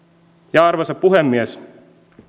arvoisa puhemies